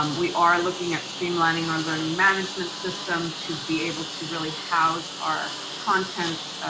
um we are looking at streamlining our learning management system to be able to really house our content.